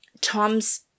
tom's